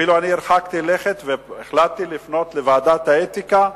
אפילו הרחקתי לכת והחלטתי לפנות לוועדת האתיקה,